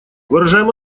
выражаем